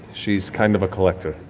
she's kind of a collector.